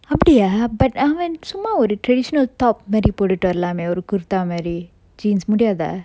அப்டியா:apdiya but அவன் சும்மா ஒரு:avan summa oru traditional top மாறி போட்டுட்டு வரலாமெ ஒரு:mari pottuttu varalame oru kurtha மாறி:mari jeans முடியாதா:mudiyatha